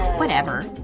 whatever.